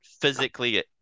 physically